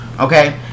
Okay